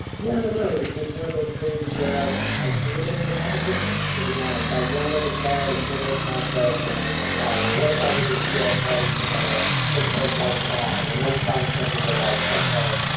yeah and know, it was just one of those things where i i turned it into a competition, to be honest. i won a guitar at a snowboard contest and i was like, wow, what if i could just be at a party somewhere and played one song, and one song turned into like, okay,